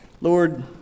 Lord